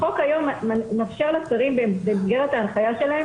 החוק היום מאפשר לשרים במסגרת ההנחיה שלהם